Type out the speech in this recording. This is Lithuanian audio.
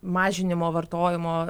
mažinimo vartojimo